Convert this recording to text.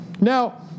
Now